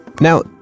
Now